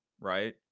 right